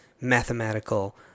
mathematical